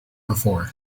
before